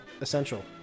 essential